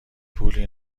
پولی